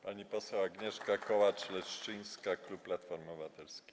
Pani poseł Agnieszka Kołacz-Leszczyńska, klub Platformy Obywatelskiej.